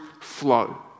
flow